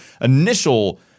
initial